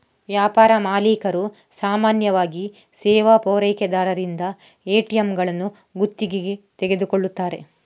ವ್ಯಾಪಾರ ಮಾಲೀಕರು ಸಾಮಾನ್ಯವಾಗಿ ಸೇವಾ ಪೂರೈಕೆದಾರರಿಂದ ಎ.ಟಿ.ಎಂಗಳನ್ನು ಗುತ್ತಿಗೆಗೆ ತೆಗೆದುಕೊಳ್ಳುತ್ತಾರೆ